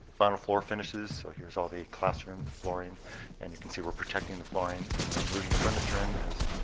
bottom floor finishes. so here's all the classroom flooring and you can see we're protecting the flooring, and we're moving furniture in as